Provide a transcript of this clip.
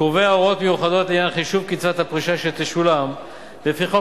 קובע הוראות מיוחדות לעניין חישוב קצבת הפרישה שתשולם לפי חוק